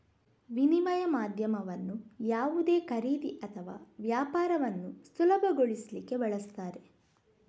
ವಿನಿಮಯ ಮಾಧ್ಯಮವನ್ನ ಯಾವುದೇ ಖರೀದಿ ಅಥವಾ ವ್ಯಾಪಾರವನ್ನ ಸುಲಭಗೊಳಿಸ್ಲಿಕ್ಕೆ ಬಳಸ್ತಾರೆ